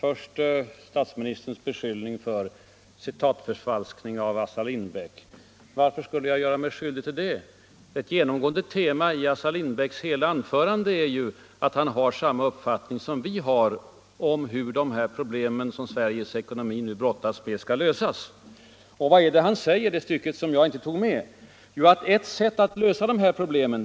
Först vill jag ta upp statsministerns beskyllning för citatförfalskning beträffande Assar Lindbeck. Varför skulle jag ha gjort mig skyldig till det? Ett genomgående tema i Assar Lindbecks hela anförande är ju att han har samma uppfattning som vi moderater om hur de problem som Sveriges ekonomi nu brottas med skall lösas. Vad säger då Assar Lindbeck i det stycke som jag inte citerade? Jo, att det finns två metoder att lösa problemen.